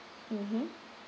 mmhmm